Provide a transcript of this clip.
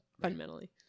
fundamentally